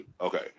Okay